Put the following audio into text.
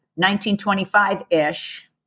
1925-ish